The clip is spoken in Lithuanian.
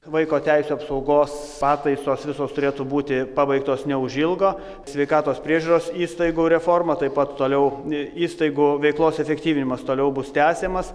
vaiko teisių apsaugos pataisos visos turėtų būti pabaigtos neužilgo sveikatos priežiūros įstaigų reforma taip pat toliau įstaigų veiklos efektyvinimas toliau bus tęsiamas